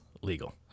legal